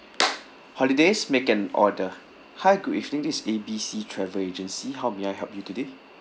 holidays make an order hi good evening this is A B C travel agency how may I help you today